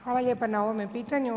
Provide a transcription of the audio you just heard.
Hvala lijepa na ovome pitanju.